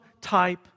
type